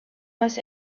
was